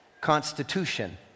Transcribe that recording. constitution